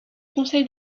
conseil